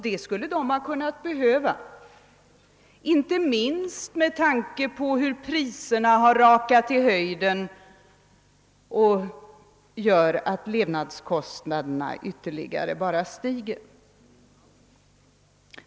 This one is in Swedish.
Det skulle de ha kunnat behöva, inte minst med tanke på hur priserna rakat i höjden och hur levnadskostnaderna bara stiger ytterligare.